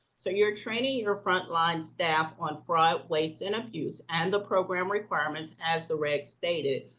so you're training your front line staff on fraud, waste, and abuse and the program requirements as the regs stated,